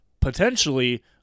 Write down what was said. potentially